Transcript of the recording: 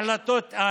החלטות,